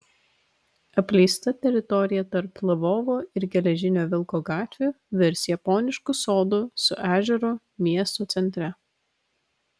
apleista teritorija tarp lvovo ir geležinio vilko gatvių virs japonišku sodu su ežeru miesto centre